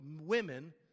women